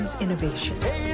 innovation